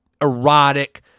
erotic